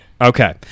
okay